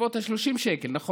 בסביבות 30 שקלים, נכון?